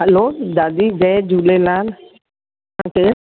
हलो दादी जय झूलेलाल तव्हां केरु